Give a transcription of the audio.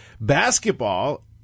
basketball